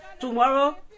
Tomorrow